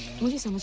please